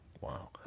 Wow